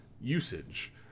usage